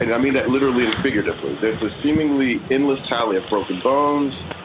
and i mean that literally and figuratively, there's a seemingly endless tally of broken bones,